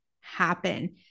happen